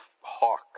hawk